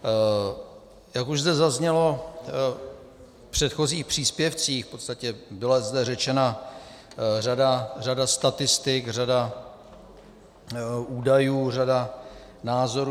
Jak už zde zaznělo v předchozích příspěvcích, v podstatě byla zde řečena řada statistik, řada údajů, řada názorů.